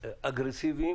אגרסיביים